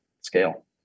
scale